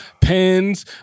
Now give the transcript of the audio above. pens